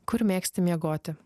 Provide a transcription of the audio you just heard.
kur mėgsti miegoti